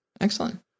Excellent